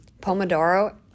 Pomodoro